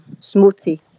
smoothie